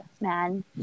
man